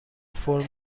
فرم